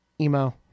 Emo